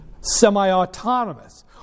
semi-autonomous